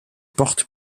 porte